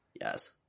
Yes